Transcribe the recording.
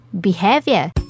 Behavior